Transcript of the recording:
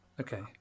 Okay